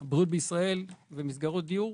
הבריאות בישראל ומסגרות דיור.